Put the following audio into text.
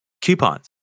coupons